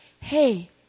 hey